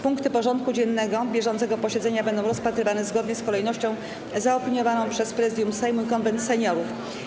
Punkty porządku dziennego bieżącego posiedzenia będą rozpatrywane zgodnie z kolejnością zaopiniowaną przez Prezydium Sejmu i Konwent Seniorów.